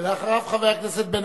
ואחריו, חבר הכנסת בן-ארי.